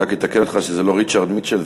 אני רק אתקן אותך שזה לא ריצ'רד מיטשל,